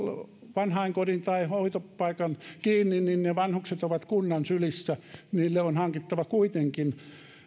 vanhainkodin tai hoitopaikan kiinni niin ne vanhukset ovat kunnan sylissä niille on hankittava kuitenkin